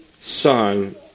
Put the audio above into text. son